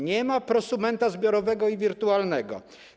Nie ma prosumenta zbiorowego i wirtualnego.